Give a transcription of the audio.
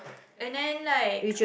and then like